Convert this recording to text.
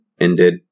ended